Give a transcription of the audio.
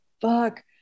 fuck